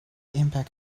impact